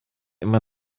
immer